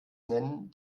nennen